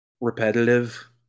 repetitive